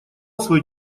свой